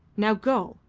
now go!